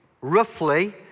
roughly